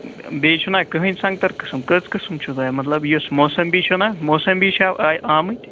بیٚیہِ چھُنا کٕہۭنۍ نہٕ سنٛگتَر قٕسٕم کٔژ قٕسٕم چھُو تۄہہِ مطلب یُس موسمبی چھو نَہ موسمبی چھَو اَے آمٕتۍ